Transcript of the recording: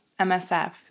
MSF